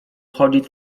chodzić